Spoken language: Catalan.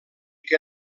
que